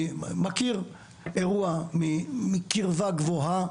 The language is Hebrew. מכיר אירוע מקרבה גבוהה,